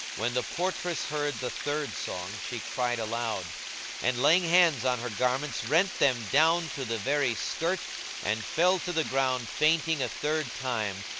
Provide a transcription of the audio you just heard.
when the portress heard the third song she cried aloud and, laying hands on her garments, rent them down to the very skirt and fell to the ground fainting a third time,